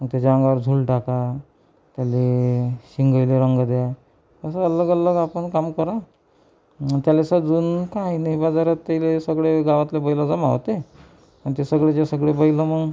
मग त्याच्या अंगावर झूल टाका त्याला शिंगाला रंग द्या असं अलग अलग आपण काम करून त्याला सजवून काय नाही बाजारात ते सगळे गावातले बैल जमा होते आणि ते सगळेच्या सगळे बैल मग